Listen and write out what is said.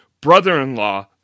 brother-in-law